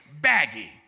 baggy